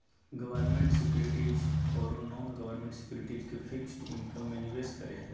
government securities ओरो non government securities के fixed income में निवेश करे हइ